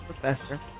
professor